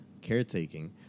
caretaking